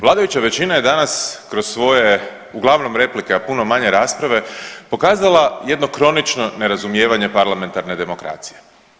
Vladajuća većina je danas kroz svoje uglavnom replike a puno manje rasprave pokazala jedno kronično nerazumijevanje parlamentarne demokracije.